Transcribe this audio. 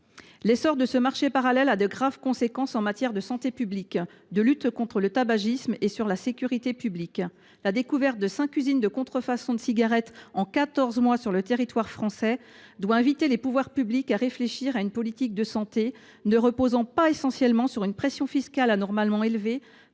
L’essor de ce marché parallèle a de graves conséquences en matière de santé publique, de lutte contre le tabagisme et de sécurité publique. La découverte de cinq usines de contrefaçon de cigarettes en quatorze mois sur le territoire français doit inviter les pouvoirs publics à réfléchir à une politique de santé qui ne reposerait pas essentiellement sur la pression fiscale, celle ci étant